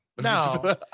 No